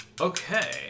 Okay